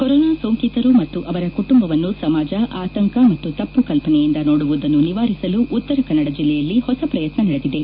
corona ಸೋಂಕಿತರು ಮತ್ತು ಅವರ ಕುಟುಂಬವನ್ನು ಸಮಾಜ ಆತಂಕ ಮತ್ತು ತಪ್ಪು ಕಲ್ಪನೆಯಿಂದ ನೋಡುವುದನ್ನು ನಿವಾರಿಸಲು ಉತ್ತರ ಕನ್ನಡ ಜಿಲ್ಲೆಯಲ್ಲಿ ಹೊಸ ಪ್ರಯತ್ನ ನಡೆದಿದೆ